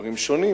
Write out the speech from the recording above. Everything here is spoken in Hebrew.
בדברים שונים,